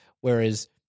whereas